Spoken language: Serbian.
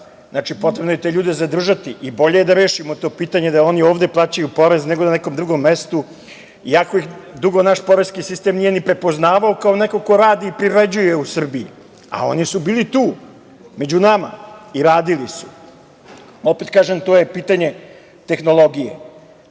Znači, potrebno je te ljude zadržati i bolje je da rešimo to pitanje i da oni ovde plaćaju porez, nego na nekom drugom mestu, iako ih dugo naš poreski sistem nije prepoznavao kao nekog ko radi i privređuje u Srbiji, a oni su bili tu, među nama i radili su. Opet kažem, to je pitanje tehnologije.